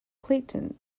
clayton